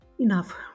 enough